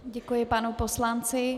Děkuji panu poslanci.